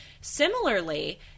Similarly